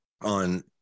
on